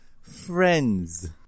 friends